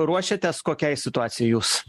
ruošiatės kokiai situacijai jūs